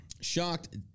Shocked